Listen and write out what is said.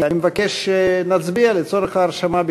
מאת חברת הכנסת שלי יחימוביץ, הצעת חוק בתי-דין